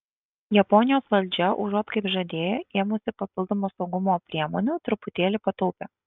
japonijos valdžia užuot kaip žadėjo ėmusis papildomų saugumo priemonių truputėlį pataupė